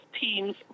team's